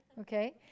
Okay